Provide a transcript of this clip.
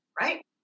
Right